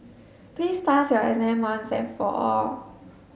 please pass your exam once and for all